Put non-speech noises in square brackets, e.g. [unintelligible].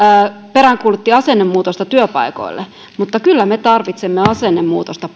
peräänkuulutti asennemuutosta työpaikoille mutta kyllä me tarvitsemme asennemuutosta [unintelligible]